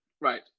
Right